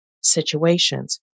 situations